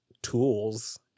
tools